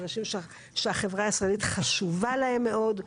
אנשים שהחברה הישראלית חשובה להם מאוד,